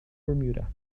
bermuda